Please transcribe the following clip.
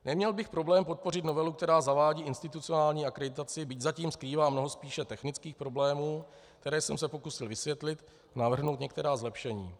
Neměl bych problém podpořit novelu, která zavádí institucionální akreditaci, byť zatím skrývá mnoho spíš technických problémů, které jsem se pokusil vysvětlit, a navrhnout některá zlepšení.